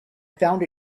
found